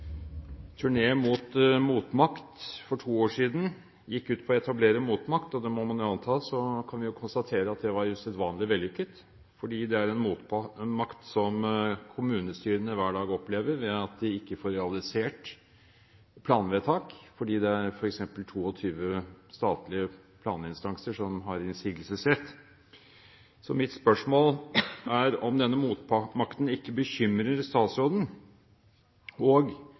det må man jo anta – kan vi konstatere at det var usedvanlig vellykket. For det er en motmakt som kommunestyrene opplever hver dag, ved at de ikke får realisert planvedtak fordi det f.eks. er 22 statlige planinstanser som har innsigelsesrett. Så mitt spørsmål er om denne motmakten ikke bekymrer statsråden. Og